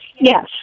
Yes